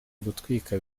gutwika